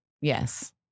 yes